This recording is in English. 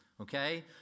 Okay